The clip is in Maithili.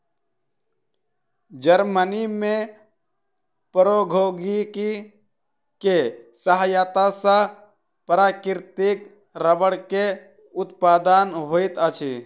जर्मनी में प्रौद्योगिकी के सहायता सॅ प्राकृतिक रबड़ के उत्पादन होइत अछि